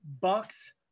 Bucks